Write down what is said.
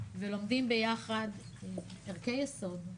ולומדים ביחד ערכי יסוד,